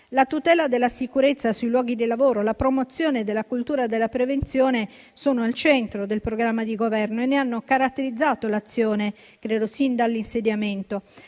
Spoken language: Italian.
La tutela della sicurezza sui luoghi del lavoro e la promozione della cultura della prevenzione sono al centro del programma di Governo e ne hanno caratterizzato l'azione sin dall'insediamento.